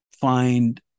find